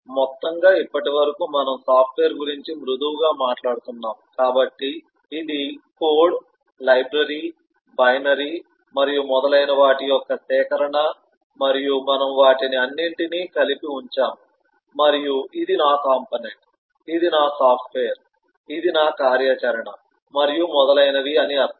మొత్తంగా ఇప్పటివరకు మనము సాఫ్ట్వేర్ గురించి మృదువుగా మాట్లాడుతున్నాము కాబట్టి ఇది కోడ్ లైబ్రరీ బైనరీ మరియు మొదలైన వాటి యొక్క సేకరణ మరియు మనము వాటిని అన్నింటినీ కలిపి ఉంచాము మరియు ఇది నా కాంపోనెంట్ ఇది నా సాఫ్ట్వేర్ ఇది నా కార్యాచరణ మరియు మొదలైనవి అని అర్ధం